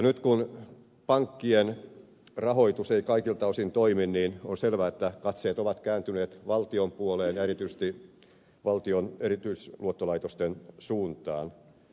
nyt kun pankkien rahoitus ei kaikilta osin toimi niin on selvää että katseet ovat kääntyneet valtion puoleen ja erityisesti valtion erityisluottolaitosten suuntaan